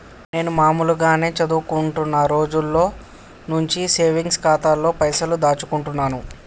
నేను మామూలుగానే చదువుకుంటున్న రోజుల నుంచి సేవింగ్స్ ఖాతాలోనే పైసలు దాచుకుంటున్నాను